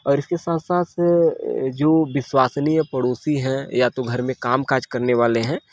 और इसके साथ साथ अ जो विश्वसनीय पड़ोसी हैं या तो घर में कामकाज करने वाले हैं